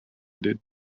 did